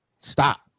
stop